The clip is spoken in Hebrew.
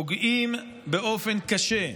פוגעים באופן קשה.